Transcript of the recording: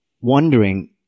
wondering